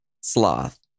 sloth